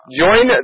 join